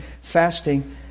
Fasting